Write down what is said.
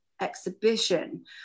exhibition